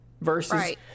versus